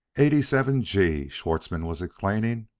eighty-seven-g! schwartzmann was exclaiming,